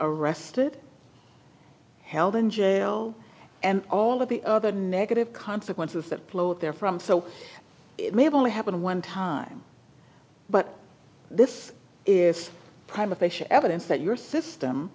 arrested held in jail and all of the other negative consequences that flow out there from so it may have only happened one time but this is privatization evidence that your system